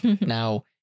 Now